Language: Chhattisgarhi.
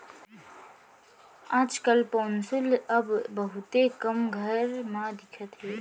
आज काल पौंसुल अब बहुते कम घर म दिखत हे